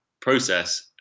process